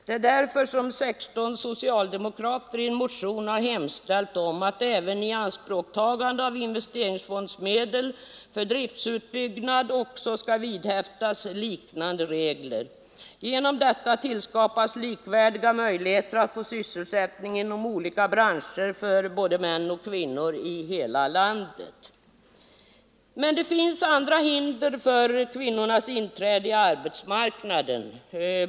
Det är därför som 16 socialdemokrater i en motion har hemställt att även ianspråktagande av investeringsfondsmedel för driftutbyggnad skall vidhäftas sådana regler. Genom detta skapas likvärdiga möjligheter att få sysselsättning inom olika branscher för män och kvinnor i hela landet. Men det finns också andra hinder för kvinnornas inträde på arbetsmarknaden.